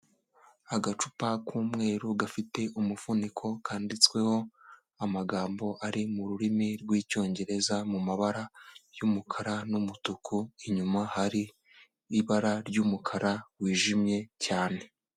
Agacupa k'umweru gafite umufuniko kanditsweho amagambo ari mu rurimi rw'Icyongereza mu mabara y'umukara n'umutuku, inyuma hari ibara ry'umukara wijimye cyane.